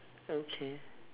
okay